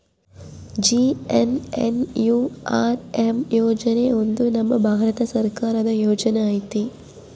JNNURM ಯೋಜನೆ ಒಂದು ನಮ್ ಭಾರತ ಸರ್ಕಾರದ ಯೋಜನೆ ಐತಿ